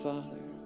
Father